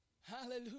hallelujah